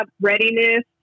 readiness